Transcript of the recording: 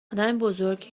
آدمبزرگی